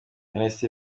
amnesty